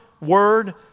word